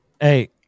Hey